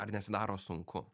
ar nesidaro sunku